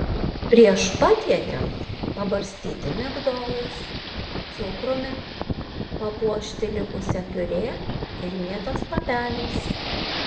prieš patiekiant pabarstyti migdolais cukrumi papuošti likusia piurė ir mėtos lapeliais